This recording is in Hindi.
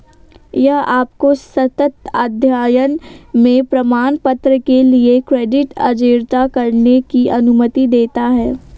यह आपको सतत अध्ययन में प्रमाणपत्र के लिए क्रेडिट अर्जित करने की अनुमति देता है